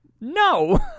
No